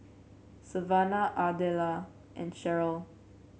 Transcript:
Savanna Ardella and Sheryl